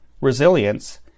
resilience